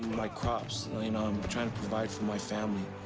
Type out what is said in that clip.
my crops, i mean ah i'm trying to provide for my family,